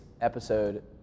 episode